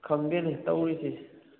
ꯈꯪꯗꯦꯅꯦ ꯇꯧꯔꯤꯁꯦ